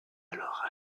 alors